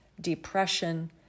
depression